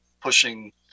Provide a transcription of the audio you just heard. pushing